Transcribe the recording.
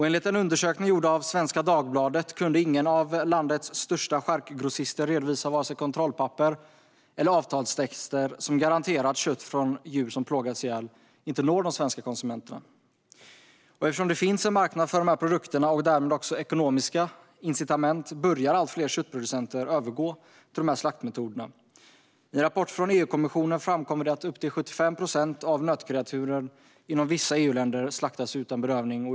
Enligt en undersökning gjord av Svenska Dagbladet kunde ingen av landets största charkgrossister redovisa vare sig kontrollpapper eller avtalstexter som garanterar att kött från djur som plågats ihjäl inte når de svenska konsumenterna. Eftersom det finns en marknad för dessa produkter, och därmed också ekonomiska incitament, börjar allt fler köttproducenter att övergå till de slaktmetoderna. I en rapport från EU-kommissionen framkommer det att upp till 75 procent av nötkreaturen inom vissa EU-länder slaktas utan bedövning.